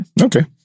Okay